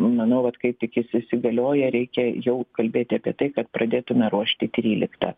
manau vat kai tik jis įsigalioja reikia jau kalbėti apie tai kad pradėtume ruošti tryliktą